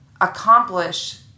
accomplish